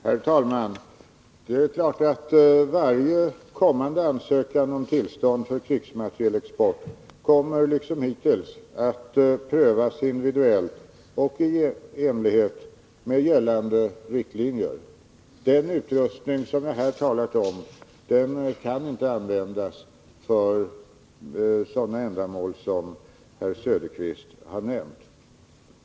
Herr talman! Varje kommande ansökan om tillstånd för krigsmaterielexport kommer naturligtvis, liksom hittills, att prövas individuellt och i enlighet med gällande riktlinjer. Den utrustning som jag här talat om kan inte användas för sådana ändamål som herr Söderqvist har nämnt.